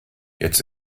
jetzt